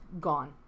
gone